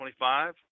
25